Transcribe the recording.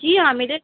جی ہاں میرے